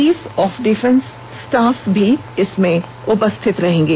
chief of defence staff भी इसमें उपस्थित रहेंगे